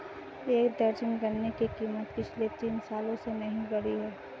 एक दर्जन गन्ने की कीमत पिछले तीन सालों से नही बढ़ी है